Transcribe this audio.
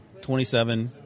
27